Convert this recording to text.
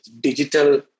digital